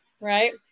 Right